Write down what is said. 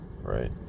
right